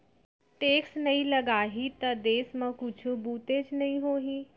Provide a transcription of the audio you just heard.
tax नइ लगाही त देस म कुछु बुतेच नइ होही